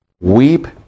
weep